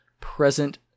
present